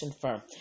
firm